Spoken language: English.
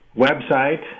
website